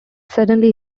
suddenly